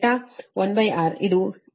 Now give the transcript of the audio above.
5 ಮಂದಗತಿಯಲ್ಲಿರುತ್ತದೆ